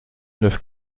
neuf